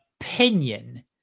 opinion